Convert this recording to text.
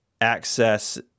access